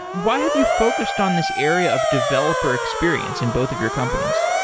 why have you focused on this area of developer experience in both of your companies?